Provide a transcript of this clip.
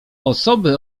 osoby